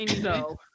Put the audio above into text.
No